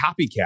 copycat